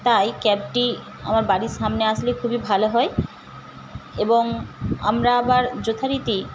তাই ক্যাবটি আমার বাড়ির সামনে আসলে খুবই ভালো হয় এবং আমরা আবার যথারীতি